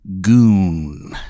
Goon